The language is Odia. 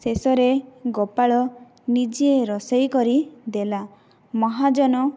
ଶେଷରେ ଗୋପାଳ ନିଜେ ରୋଷେଇ କରିଦେଲା ମହାଜନ